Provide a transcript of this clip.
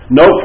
no